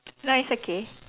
no it's okay